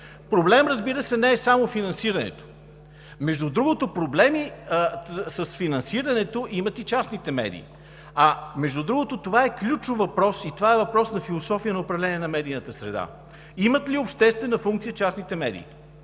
Проблем, разбира се, не е само финансирането. Между другото, проблеми с финансирането имат и частните медии. А между другото, това е ключов въпрос и е въпрос на философия на управление на медийната среда – имат ли обществена функция частните медии?